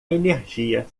energia